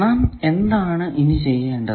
നാം എന്താണ് ഇനി ചെയ്യേണ്ടത്